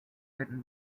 written